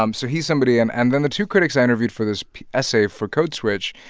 um so he's somebody. and and then the two critics i interviewed for this essay for code switch,